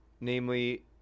namely